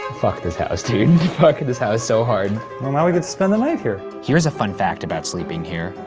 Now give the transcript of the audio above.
fuck this house, dude, fuck this house so hard. aw, now we get to spend the night here. here's a fun fact about sleeping here.